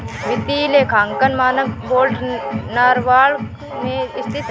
वित्तीय लेखांकन मानक बोर्ड नॉरवॉक में स्थित है